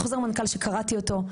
חוזר מנכ"ל שקראתי אותו,